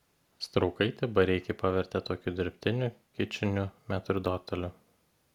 straukaitė bareikį pavertė tokiu dirbtiniu kičiniu metrdoteliu